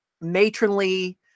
matronly